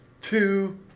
two